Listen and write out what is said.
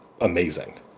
amazing